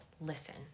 listen